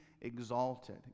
exalted